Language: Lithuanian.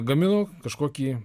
gaminu kažkokį